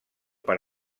per